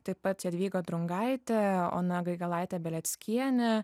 tai pat jadvygą drungaitė ona gaigalaitė beleckienė